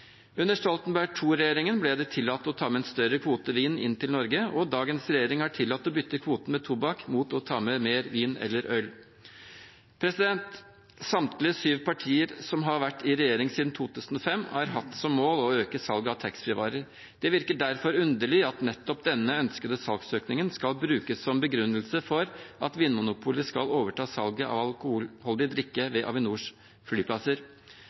Under Stoltenberg II-regjeringen ble det tillatt å ta med en større kvote vin inn til Norge, og dagens regjering har tillatt å bytte kvoten med tobakk med mer vin eller øl. Samtlige syv partier som har vært i regjering siden 2005, har hatt som mål å øke salget av taxfree-varer. Det virker derfor underlig at nettopp denne ønskede salgsøkningen skal brukes som begrunnelse for at Vinmonopolet skal overta salget av alkoholdig drikke ved Avinors flyplasser.